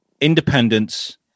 independence